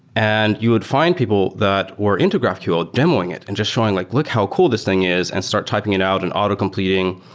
and you would find people that were into graphql demoing it and just showing like, look how cool this thing is, and start typing it out and auto completing,